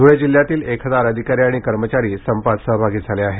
ध्रळे जिल्ह्यातील एक हजार अधिकारी आणि कर्मचारी संपात सहभागी झाले आहेत